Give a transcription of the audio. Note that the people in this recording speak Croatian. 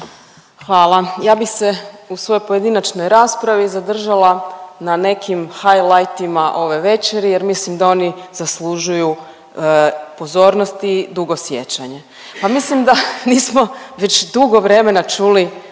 Hvala. Ja bih se u svojoj pojedinačnoj raspravi zadržala na nekim high leitima ove večeri, jer mislim da oni zaslužuju pozornost i dugo sjećanje. Pa mislim da nismo već dugo vremena čuli